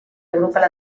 agrupa